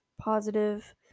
positive